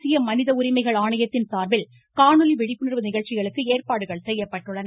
தேசிய மனித உரிமைகள் ஆணையத்தின் சார்பில் காணொலி விழிப்புணர்வு நிகழ்ச்சிகளுக்கு ஏற்பாடுகள் செய்யப்பட்டுள்ளன